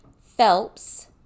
Phelps